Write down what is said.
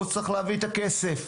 הוא צריך להביא את הכסף.